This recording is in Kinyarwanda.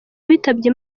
witabye